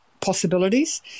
possibilities